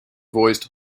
voiced